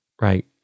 right